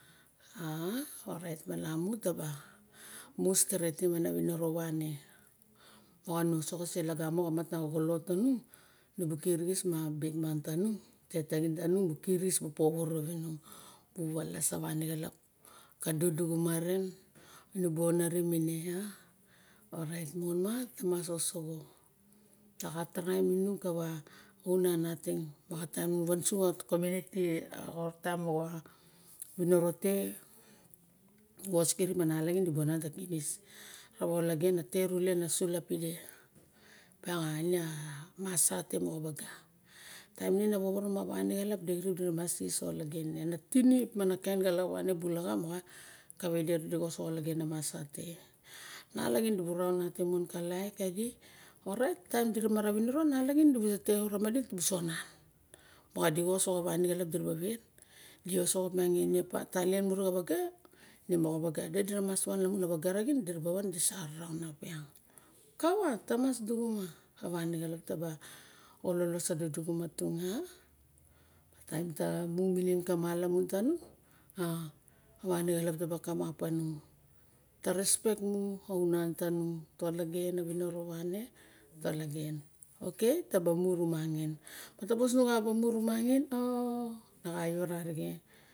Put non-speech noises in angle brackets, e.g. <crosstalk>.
<hesitation> orait malamu taba steretim ara winikro awane motab osoxo solangamo xa matna xoxolot tanung. Nubu kirixis ma bikman tanung. Tet taxi ntanung bu xirixis bu poworo rawinung. Bu walas wane xalap ka dibu ka duduxuma ren nu bu onarim ine a? Orait monma tamas osoxo. Taxa taraim inung kawa unan nating. Moxa taim nu wansu xa monuniti xa taim moxa winiro xa wskirip mas nalaxin tibu onan tawa kinis. Rawa olagen a terule na sulap pide opmaiang ine a masa te moxa waga. Taim ine na woworo ma wane xalap indecirip cis saw olagen ana tirip mana kain wane xilap bu laxa. Kawide dibu kaoso ologen a masa te. Nalaxin dibuk raun natingmoka laik kidi. Orait taim dimara riniro nalaxin dibusa ramadi t dibusa onan. Mo dixaosxo wane xalap dirava wet. Di osoxo opmiang ine talien mure xa waga ine moxa waga ide dira mas wan lamun a waga raxin dirawan disa raun opmiang kawa tamas duxuma wawne xalap taba ololos a duduxuma tanung. Ta respek mu a unan tanung ta ologen a winiro wane ta olagen. Ok taba mu rumangin mataba osoxo murmumanin? O o na xaito arixe.